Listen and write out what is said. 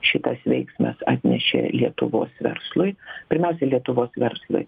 šitas veiksmas atnešė lietuvos verslui pirmiausia lietuvos verslui